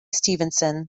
stevenson